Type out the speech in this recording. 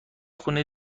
خونه